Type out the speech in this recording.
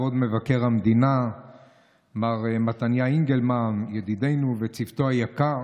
כבוד מבקר המדינה מר מתניהו אנגלמן ידידנו וצוותו היקר,